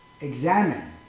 examine